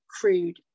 crude